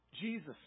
Jesus